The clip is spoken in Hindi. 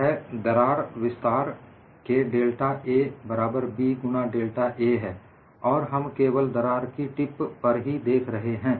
यह दरार विस्तार के डेल्टा A बराबर B गुणा डेल्टा A है और हम केवल दरार की टिप्प पर ही देख रहे हैं